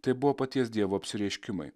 tai buvo paties dievo apsireiškimai